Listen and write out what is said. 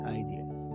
ideas